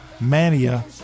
Mania